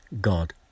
God